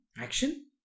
action